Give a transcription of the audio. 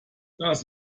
das